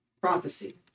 Prophecy